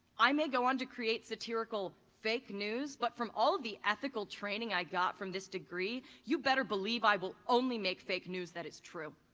i may go on to create satirical fake news but from all of the ethical training i got from this degree, you better believe i will only make fake use that is true.